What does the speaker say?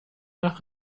nach